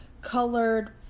colored